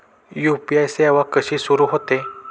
UPI सेवा कशी सुरू होते?